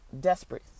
desperate